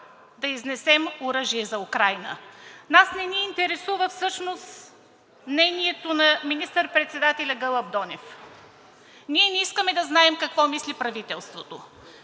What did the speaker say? да изнесем оръжие за Украйна. Нас не ни интересува всъщност мнението на министър-председателя Гълъб Донев, ние не искаме да знаем какво мисли правителството?